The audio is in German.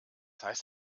heißt